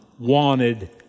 wanted